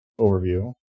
overview